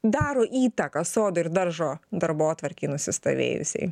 daro įtaką sodo ir daržo darbotvarkei nusistovėjusiai